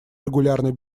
регулярный